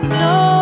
no